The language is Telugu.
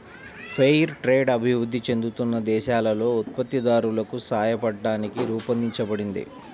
ఫెయిర్ ట్రేడ్ అభివృద్ధి చెందుతున్న దేశాలలో ఉత్పత్తిదారులకు సాయపట్టానికి రూపొందించబడింది